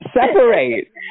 separate